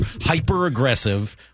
hyper-aggressive